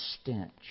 stench